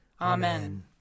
Amen